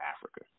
Africa